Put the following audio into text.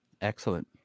Excellent